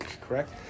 correct